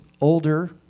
older